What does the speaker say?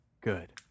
good